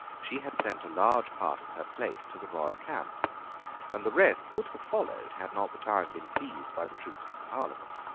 she had sent a large part of her plate to the royal camp and the rest would have followed had not the town been seized by the troops of the parliament.